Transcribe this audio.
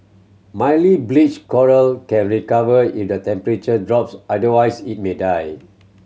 mildly bleached coral can recover if the temperature drops otherwise it may die